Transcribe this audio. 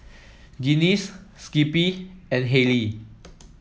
Guinness Skippy and Haylee